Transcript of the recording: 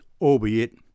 albeit